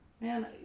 Man